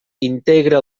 integra